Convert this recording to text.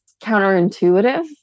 counterintuitive